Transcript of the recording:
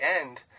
end